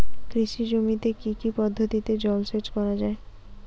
কৃষি জমিতে কি কি পদ্ধতিতে জলসেচ করা য়ায়?